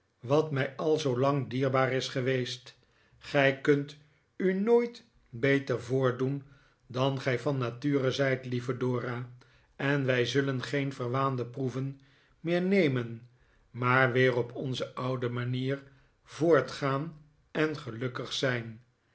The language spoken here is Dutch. wat mij al zoolang dierbaar is geweest gij kunt u nooit beter voordoen dan gij van nature zijt lieve dora en wij zullen geen verwaande proeven meer nemen maar weer op onze oude manier voortgaan en gelukkig zijn